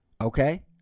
Okay